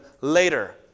later